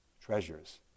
treasures